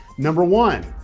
number one,